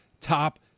top